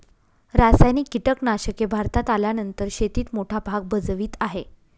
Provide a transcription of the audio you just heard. रासायनिक कीटनाशके भारतात आल्यानंतर शेतीत मोठा भाग भजवीत आहे